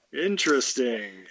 Interesting